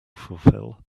fulfill